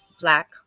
Black